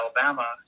Alabama